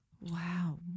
Wow